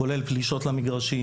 כולל פלישות למגרשים,